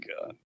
god